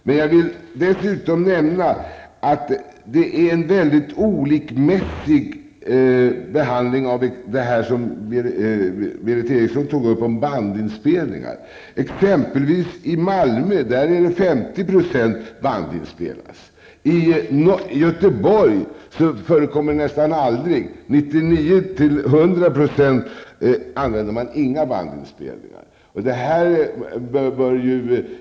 Men jag vill dessutom nämna att det är en mycket olikartad behandling när det gäller den fråga som Malmö används t.ex. bandinspelning till 50 %. I Göteborg förekommer bandinspelning nästan aldrig; i 99--100 % av fallen använder man inga bandinspelningar.